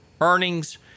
earnings